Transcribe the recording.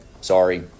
sorry